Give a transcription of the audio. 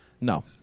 No